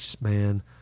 man